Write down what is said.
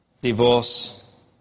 divorce